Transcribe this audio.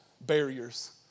barriers